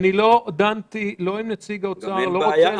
כי אני לא דנתי עם נציג האוצר ואני לא רוצה